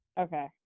okay